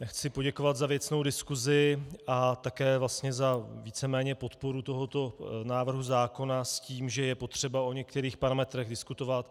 Chci poděkovat za věcnou diskusi a také vlastně za víceméně podporu tohoto návrhu zákona s tím, že je potřeba o některých parametrech diskutovat.